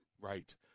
Right